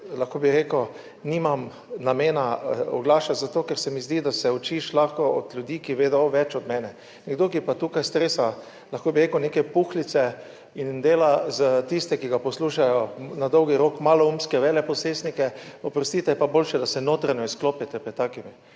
lahko, bi rekel, nimam namena oglašati, zato ker se mi zdi, da se učiš lahko od ljudi, ki vedo več od mene. Nekdo, ki pa tukaj stresa, lahko bi rekel, neke puhlice in dela za tiste, ki ga poslušajo na dolgi rok, maloumske veleposestnike, oprostite, je pa boljše, da se notranje izklopite pred takimi